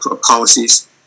policies